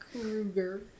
Krueger